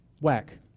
Whack